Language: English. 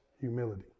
humility